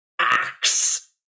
Axe